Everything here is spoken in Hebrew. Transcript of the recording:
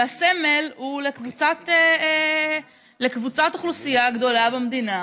והסמל הוא לקבוצת אוכלוסייה גדולה במדינה,